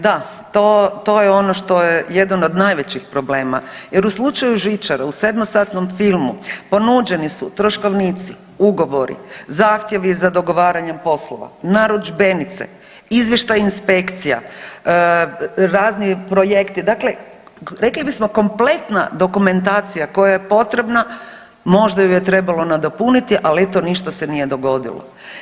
Da, to je ono što je jedan od najvećih problema jer u slučaju žičara u sedmosatnom filmu ponuđeni su troškovnici, ugovori, zahtjevi za dogovaranjem poslova, narudžbenice, izvještaj inspekcija, razni projekti, dakle rekli bismo kompletna dokumentacija koja je potrebna, možda ju je trebalo nadopuniti, ali eto ništa se nije dogodilo.